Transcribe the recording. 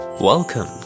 Welcome